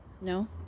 No